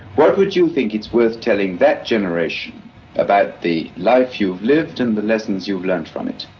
what would you think it's worth telling that generation about the life you've lived and the lessons you've learnt from it?